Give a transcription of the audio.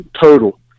total